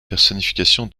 personnification